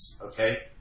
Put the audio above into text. okay